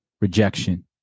rejection